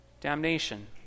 damnation